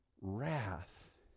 wrath